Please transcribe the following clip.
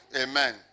Amen